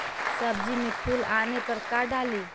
सब्जी मे फूल आने पर का डाली?